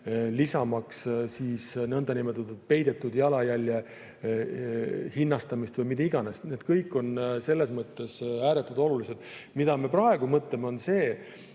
lisamaks nõndanimetatud peidetud jalajälje hinnastamist või mida iganes. Need kõik on selles mõttes ääretult olulised. Me praegu mõtleme sellele,